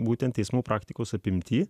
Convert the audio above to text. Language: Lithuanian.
būtent teismų praktikos apimtyje